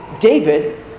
David